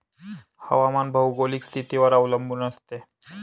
हवामान भौगोलिक स्थितीवर अवलंबून असते